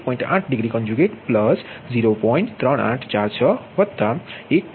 8 degree conjugate plus 0